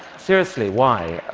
seriously, why?